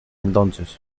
entonces